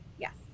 Yes